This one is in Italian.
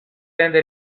tende